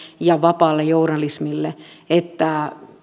ja vapaalle journalismille että